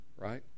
Right